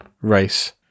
race